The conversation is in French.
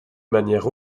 manière